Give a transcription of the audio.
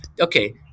Okay